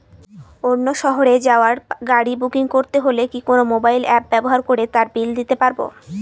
অন্য শহরে যাওয়ার গাড়ী বুকিং করতে হলে কি কোনো মোবাইল অ্যাপ ব্যবহার করে তার বিল দিতে পারব?